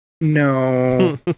No